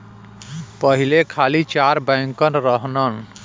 पहिले खाली चार बैंकन रहलन